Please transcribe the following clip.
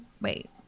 Wait